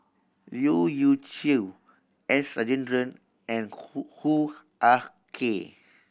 Leu Yew Chye S Rajendran and Hoo Hoo Ah Kay